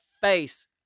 face